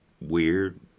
weird